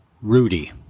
Rudy